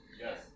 Yes